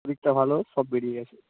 ওদিকটা ভালো সব বেরিয়ে গেছে